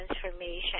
transformation